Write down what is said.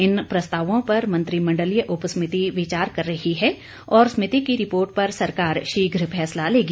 इन प्रस्तावों पर मंत्रिमंडलीय उपसमिति विचार कर रही है और समिति की रिपोर्ट पर सरकार शीघ्र फैसला लेगी